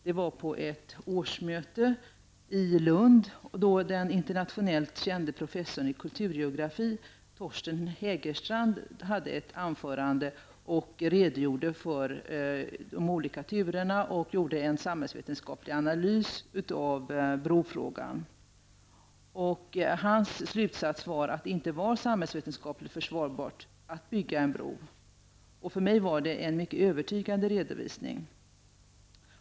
Jag var på ett årsmöte i Lund då den internationellt kände professorn i kulturgeografi Torsten Hägerstrand höll ett anförande och redogjorde för de olika turerna och gjorde en samhällsvetenskaplig analys av brofrågan. Hans slutsats var att det inte var samhällsvetenskapligt försvarbart att bygga en bro. För mig var det en mycket övertygande redovisning.